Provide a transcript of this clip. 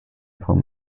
from